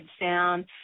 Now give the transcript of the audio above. sound